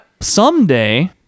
Someday